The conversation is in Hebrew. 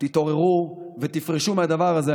תתעוררו ותפרשו מהדבר הזה.